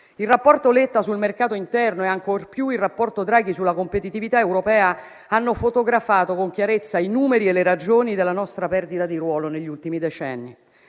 Il rapporto Letta sul mercato interno e, ancor più, il rapporto Draghi sulla competitività europea hanno fotografato con chiarezza i numeri e le ragioni della nostra perdita di ruolo negli ultimi decenni;